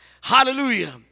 Hallelujah